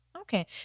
Okay